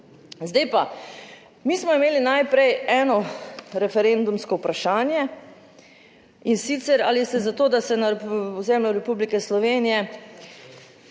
Zdaj pa, mi smo imeli najprej eno referendumsko vprašanje in sicer ali ste za to, da se na ozemlju Republike Slovenije